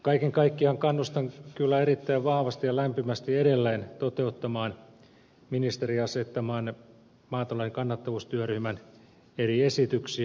kaiken kaikkiaan kannustan kyllä erittäin vahvasti ja lämpimästi edelleen toteuttamaan ministerin asettaman maatalouden kannattavuustyöryhmän eri esityksiä